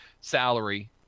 salary